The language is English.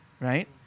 right